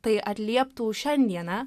tai atlieptų šiandieną